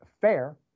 fair